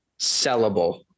sellable